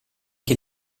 che